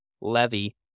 Levy